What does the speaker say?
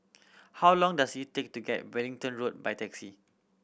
how long does it take to get Wellington Road by taxi